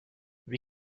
wie